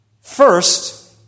First